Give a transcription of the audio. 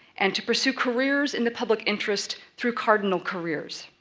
and to pursue careers in the public interest through cardinal careers.